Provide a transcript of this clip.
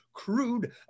crude